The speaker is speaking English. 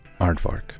Aardvark